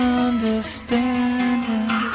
understanding